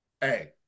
Hey